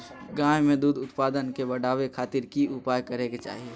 गाय में दूध उत्पादन के बढ़ावे खातिर की उपाय करें कि चाही?